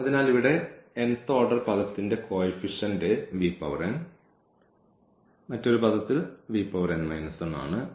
അതിനാൽ ഇവിടെ nth order പദത്തിന്റെ കോഫിഫിഷ്യന്റ് മറ്റൊരു പദത്തിൽ ആണ്